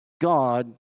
God